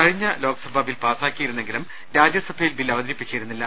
കഴിഞ്ഞ ലോക്സഭ ബിൽ പാസ്സാക്കിയിരുന്നെങ്കിലും രാജ്യസഭയിൽ ബിൽ അവതരിപ്പിച്ചിരുന്നില്ല